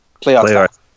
Playoffs